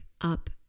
up